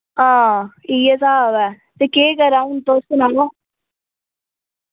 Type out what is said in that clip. हां इ'य्यै स्हाब ऐ ते करां आऊं तुस सनाओ